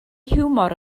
hiwmor